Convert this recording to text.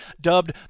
dubbed